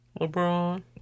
LeBron